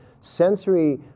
sensory